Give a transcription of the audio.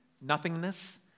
nothingness